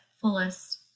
fullest